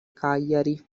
cagliari